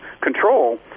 control